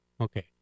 Okay